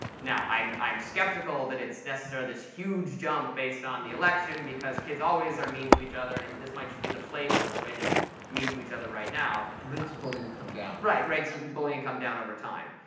i'm i'm skeptical that it's necessarily this huge jump based on the election because kids always are mean to each other, and and this might just be the flavor, the way they're mean to each other right now. the rates of bullying have come down. right, rates of bullying come down over time.